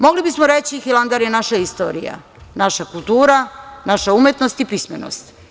Mogli bismo reći da je Hilandar naša istorija, naša kultura, naša umetnost i naša pismenost.